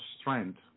strength